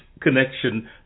connection